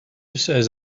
says